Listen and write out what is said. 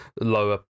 lower